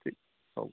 ঠিক হ'ব